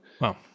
Wow